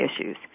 issues